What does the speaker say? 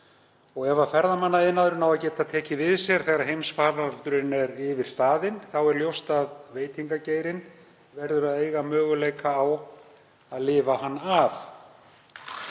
Ef ferðaþjónustan á að geta tekið við sér þegar heimsfaraldur er yfirstaðinn er ljóst að veitingageirinn verður að eiga möguleika á að lifa hann af.